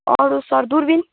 अरू सर दुर्पिन